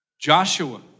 Joshua